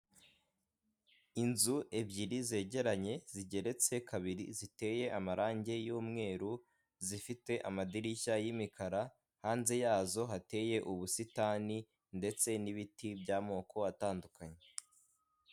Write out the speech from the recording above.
Inzu ebyiri zegeranye zigeretse kabiri ziteye amarangi y'umweru zifite amadirishya y'imikara, hanze yazo hateye ubusitani ndetse n'ibiti by'amoko atandukanye.